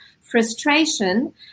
frustration